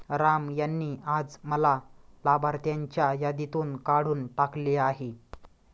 राम यांनी आज मला लाभार्थ्यांच्या यादीतून काढून टाकले आहे